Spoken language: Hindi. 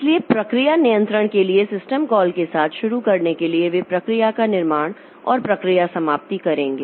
इसलिए प्रक्रिया नियंत्रण के लिए सिस्टम कॉल के साथ शुरू करने के लिए वे प्रक्रिया का निर्माण और प्रक्रिया समाप्ति करेंगे